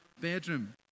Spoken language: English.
bedroom